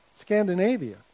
Scandinavia